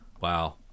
Wow